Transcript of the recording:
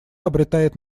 обретает